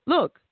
Look